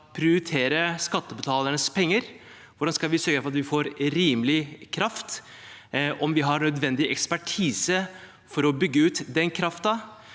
prioritere skattebetalernes penger? Hvordan skal vi sørge for at vi får rimelig kraft? Har vi nødvendig ekspertise til å bygge ut den kraften?